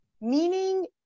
meaning